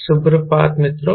सुप्रभात मित्रों